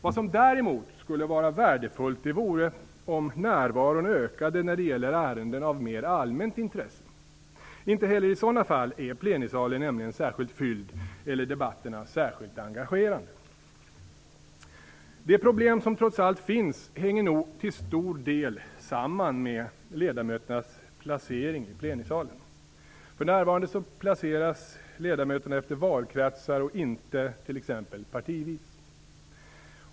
Vad som däremot skulle vara värdefullt vore om närvaron ökade när det gäller ärenden av mer allmänt intresse. Inte heller i sådana fall är plenisalen särskilt fylld eller debatterna särskilt engagerande. Det problem som trots allt finns hänger nog till viss del samman med ledamöternas placering i plenisalen. För närvarande placeras ledamöterna efter valkretsar och inte t.ex. partivis.